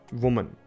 woman